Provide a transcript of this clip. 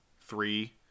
three